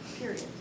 Period